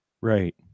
right